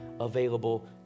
available